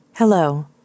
Hello